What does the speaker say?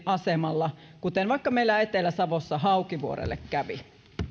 asemilla kuten vaikka meillä etelä savossa haukivuorelle kävi